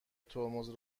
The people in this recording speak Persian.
ترمز